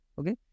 okay